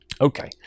Okay